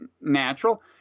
natural